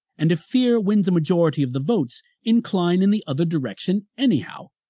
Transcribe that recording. and, if fear wins a majority of the votes, incline in the other direction anyhow,